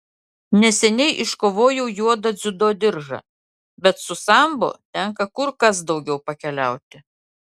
neseniai iškovojau juodą dziudo diržą bet su sambo tenka kur kas daugiau pakeliauti